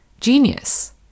genius